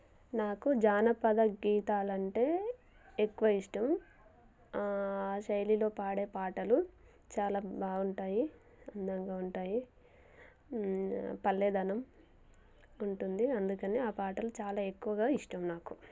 నాకు జానపద గీతాలంటే ఎక్కువ ఇష్టం ఆ శైలిలో పాడే పాటలు చాలా బాగుంటాయి అందంగా ఉంటాయి పల్లెదనం ఉంటుంది అందుకని ఆ పాటలు చాలా ఎక్కువగా ఇష్టం నాకు